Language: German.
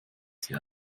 sie